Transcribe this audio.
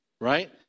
right